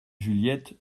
juliette